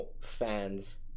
fans